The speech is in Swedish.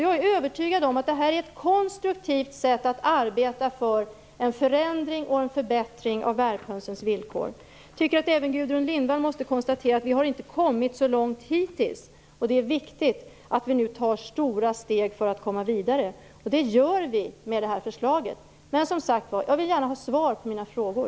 Jag är övertygad om att det här är ett konstruktivt sätt att arbeta för en förändring och en förbättring av värphönsens villkor. Även Gudrun Lindvall kan väl konstatera att vi inte har nått så långt hittills. Det är viktigt att vi nu tar stora steg för att komma vidare, och det gör vi med det här förslaget. Som sagt: Jag vill gärna ha svar på mina frågor.